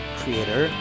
creator